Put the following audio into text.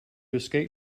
escape